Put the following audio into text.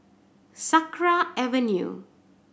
Sakra Avenue